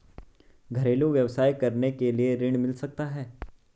घरेलू व्यवसाय करने के लिए ऋण मिल सकता है?